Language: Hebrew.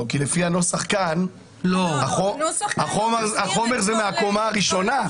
לפי הנוסח כאן החומר זה מהקומה הראשונה.